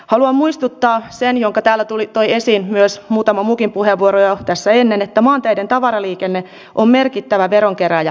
haluan muistuttaa siitä minkä täällä toi esiin myös muutama muukin puheenvuoro jo tässä ennen että maanteiden tavaraliikenne on merkittävä veronkerääjä valtiolle